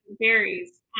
berries